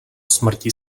smrti